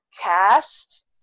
cast